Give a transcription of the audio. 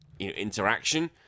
Interaction